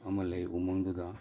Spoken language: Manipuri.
ꯑꯃ ꯂꯩ ꯎꯃꯪꯗꯨꯗ